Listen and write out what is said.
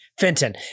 Fenton